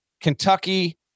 Kentucky